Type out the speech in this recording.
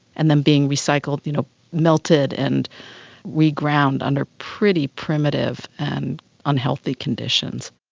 and then being recycled, you know melted and reground under pretty primitive and unhealthy conditions.